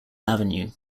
avenue